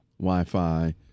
Wi-Fi